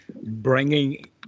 bringing